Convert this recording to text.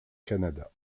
canada